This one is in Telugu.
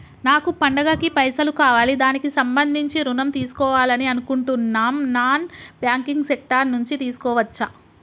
నాకు పండగ కి పైసలు కావాలి దానికి సంబంధించి ఋణం తీసుకోవాలని అనుకుంటున్నం నాన్ బ్యాంకింగ్ సెక్టార్ నుంచి తీసుకోవచ్చా?